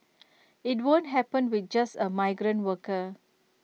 IT won't happen with just A migrant worker